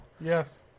Yes